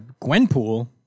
Gwenpool